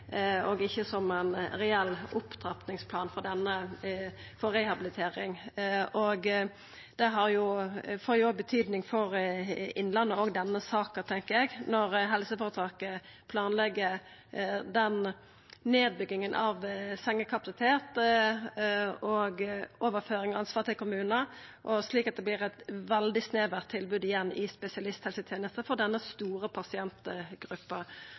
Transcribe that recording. og ikkje som ein reell opptrappingsplan for rehabilitering. Denne saka får òg betyding for Innlandet, tenkjer eg, når helseføretaket planlegg nedbygging av sengekapasitet og overføring av ansvar til kommunane, slik at det vert eit veldig snevert tilbod igjen i spesialisthelsetenesta for denne store pasientgruppa.